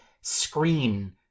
screen